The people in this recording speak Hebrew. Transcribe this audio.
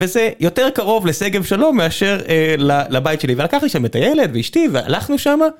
וזה יותר קרוב לסץשגב שלום מאשר לבית שלי ולקחתי לשם את הילד ואשתי והלכנו שמה